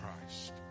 Christ